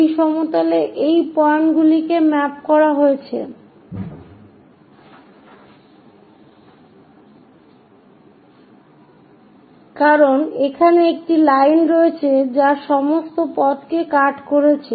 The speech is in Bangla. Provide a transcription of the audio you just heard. এই সমতলে এই পয়েন্টগুলিকে ম্যাপ করা হয়েছে কারণ এখানে একটি লাইন রয়েছে যার জন্য সমস্ত পথকে কাট করছে